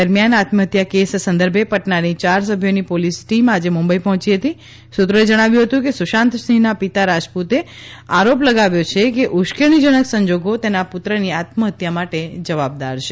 દરમિયાન આત્મહત્યા કેસ સંદર્ભે પટનાની ચાર સભ્યોની પોલીસ ટીમ આજે મુંબઈ પહોંચી હતી સુત્રોએ જણાવ્યું કે સુશાંતસિંહના પિતા રાજપૂતે આરોપ લગાવ્યો છે કે ઉશ્કેરણીજનક સંજોગો તેના પુત્રની આત્મહત્યા માટે જવાબદાર છે